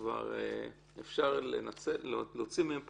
שאפשר להוציא מהן פרקליטים?